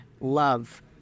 love